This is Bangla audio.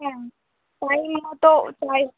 হ্যাঁ টাইমমতো তাই